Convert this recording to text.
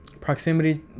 proximity